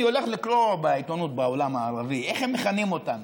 אני הולך לקרוא בעיתונות בעולם הערבי איך הם מכנים אותנו.